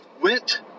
went